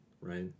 right